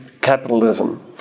capitalism